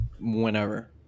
whenever